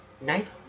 night